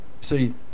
See